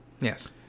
Yes